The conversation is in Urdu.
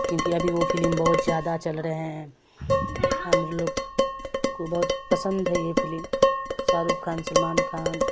کیونکہ ابھی وہ فلم بہت زیادہ چل رہے ہیں ہم لوگ کو بہت پسند ہے یہ فلم شاہ رخ خان سلمان خان